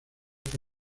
que